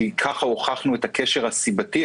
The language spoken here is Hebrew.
כי כך הוכחנו את הקשר הסיבתי,